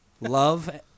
love